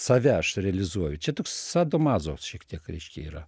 save aš realizuoju čia toks sado mazo šiek tiek reiškia yra